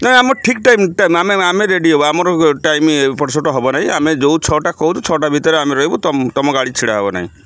ନାଇଁ ଆମର ଠିକ୍ ଟାଇମ ଆମେ ଆମେ ରେଡ଼ି ହବୁ ଆମର ଟାଇମ ଏପଟ ସେପଟ ହେବ ନାହିଁ ଆମେ ଯେଉଁ ଛଅଟା କହୁଛୁ ଛଅଟା ଭିତରେ ଆମେ ରହିବୁ ତୁମ ତୁମ ଗାଡ଼ି ଛିଡ଼ା ହେବ ନାହିଁ